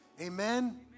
Amen